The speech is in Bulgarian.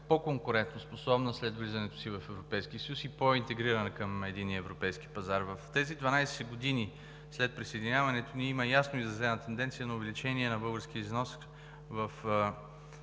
по-конкурентноспособна след влизането си в Европейския съюз и по-интегрирана към медийния европейски пазар. В тези 12 години след присъединяването ни има ясно изразена тенденция на увеличение на българския износ